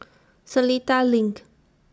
Seletar LINK